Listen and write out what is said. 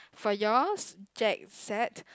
for yours Jack said